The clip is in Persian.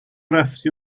رفتی